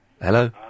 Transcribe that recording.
Hello